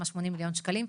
של 80 מיליון שקלים,